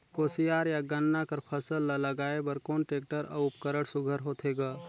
कोशियार या गन्ना कर फसल ल लगाय बर कोन टेक्टर अउ उपकरण सुघ्घर होथे ग?